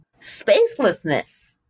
spacelessness